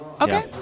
Okay